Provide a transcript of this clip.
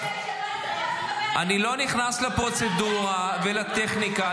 --- אני לא נכנס לפרוצדורה ולטכניקה.